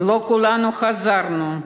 לא כולנו חזרנו.